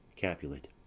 Capulet